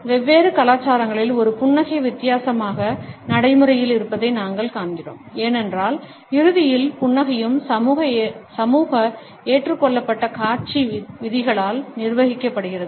வெவ்வேறு கலாச்சாரங்களில் ஒரு புன்னகை வித்தியாசமாக நடைமுறையில் இருப்பதை நாங்கள் காண்கிறோம் ஏனென்றால் இறுதியில் புன்னகையும் சமூக ஏற்றுக்கொள்ளப்பட்ட காட்சி விதிகளால் நிர்வகிக்கப்படுகிறது